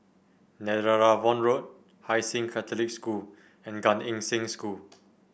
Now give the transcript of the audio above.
Netheravon Road Hai Sing Catholic School and Gan Eng Seng School